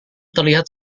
terlihat